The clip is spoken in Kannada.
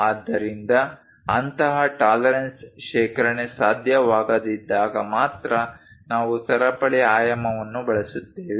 ಆದ್ದರಿಂದ ಅಂತಹ ಟಾಲರೆನ್ಸ್ ಶೇಖರಣೆ ಸಾಧ್ಯವಾಗದಿದ್ದಾಗ ಮಾತ್ರ ನಾವು ಸರಪಳಿ ಆಯಾಮವನ್ನು ಬಳಸುತ್ತೇವೆ